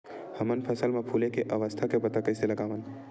हमन फसल मा फुले के अवस्था के पता कइसे लगावन?